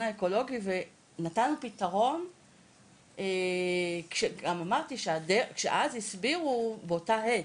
האקולוגי ונתן לו פתרון וגם אמרתי אז כשהסבירו באותה העת,